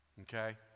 okay